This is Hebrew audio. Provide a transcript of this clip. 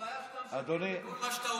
הבעיה היא שאתה משקר בכל מה שאתה אומר,